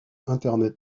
internet